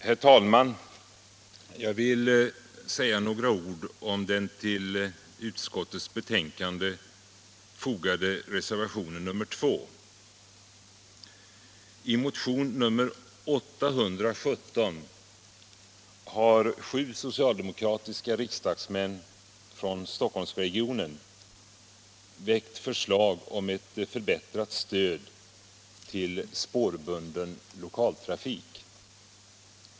Herr talman! Jag vill säga några ord om den till utskottsbetänkandet fogade reservationen nr 2. I motionen 817 har sju socialdemokratiska riksdagsmän från Stockholmsregionen väckt förslag om ett förbättrat stöd till spårbunden lokaltrafik.